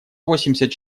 восемьдесят